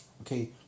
Okay